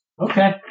Okay